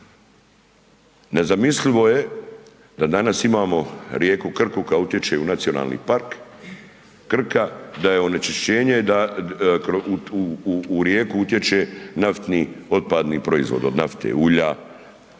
Nezamislivo je da danas imamo rijeku Krku koja utječe u Nacionalni park, Krka da je onečišćenje da u rijeku utječe naftni otpadni proizvod, od nafte, ulja.